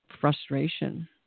frustration